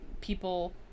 people